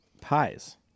pies